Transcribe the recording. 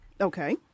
Okay